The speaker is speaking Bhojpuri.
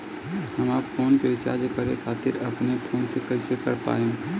हमार फोन के रीचार्ज करे खातिर अपने फोन से कैसे कर पाएम?